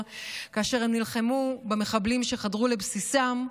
כאשר הם נלחמו במחבלים שחדרו לבסיסם,